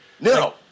No